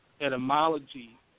etymology